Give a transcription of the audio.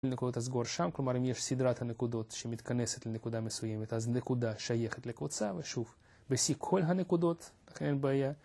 כלומר, אם יש סדרת הנקודות שמתכנסת לנקודה מסוימת, אז נקודה שייכת לקבוצה ושוב, בשיא כל הנקודות, אין בעיה.